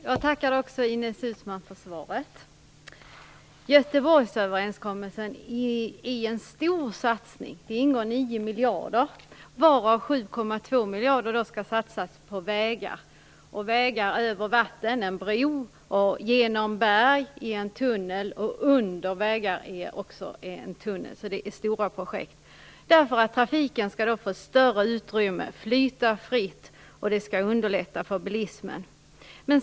Fru talman! Jag tackar Ines Uusmann för svaret. Göteborgsöverenskommelsen är en stor satsning, 9 miljarder, varav 7,2 miljarder skall satsas på vägar: och också en tunnel under vägar. Det är stora projekt för att trafiken skall få större utrymme och flyta fritt. Det skall underlätta för bilismen.